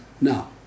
Now